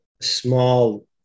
Small